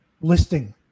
listing